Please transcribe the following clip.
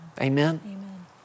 Amen